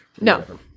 No